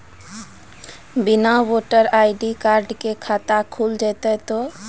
बिना voter ID card के खाता खुल जैते तो?